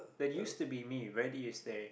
that used to be me where do you stay